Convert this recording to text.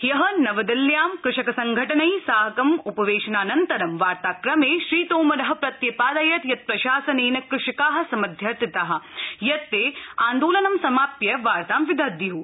ह्यः नवदिल्ल्याम् कृषक संघटनैः साकं उपवेशनानंतर वार्ताक्रमे श्रीतोमरः प्रत्यपादयत् यत् प्रशासनेन कृषकाः समध्यर्थिताः यत् ते आन्दोलन समाप्य वाता विदध्यः